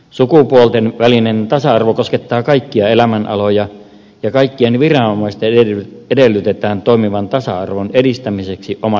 sukupuolten välinen tasa arvo koskettaa kaikkia elämänaloja ja kaikkien viranomaisten edellytetään toimivan tasa arvon edistämiseksi omassa työssään